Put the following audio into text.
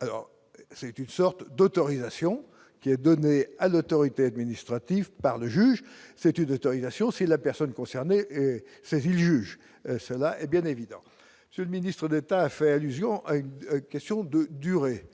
alors c'est une sorte d'autorisation qui est donné à l'autorité administrative par le juge, c'est une autorisation, si la personne concernée et saisit le juge, cela est bien évident ce ministre d'État a fait allusion à une question de durée,